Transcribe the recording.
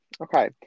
okay